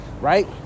right